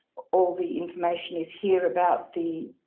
all the information is here about the.